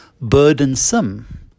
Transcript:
burdensome